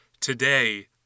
today